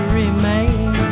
remain